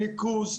ניקוז.